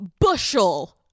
bushel